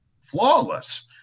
flawless